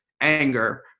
anger